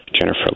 Jennifer